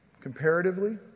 comparatively